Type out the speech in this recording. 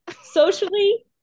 socially